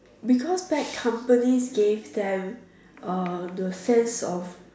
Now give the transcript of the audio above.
because tech companies gave them uh the sense of